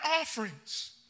offerings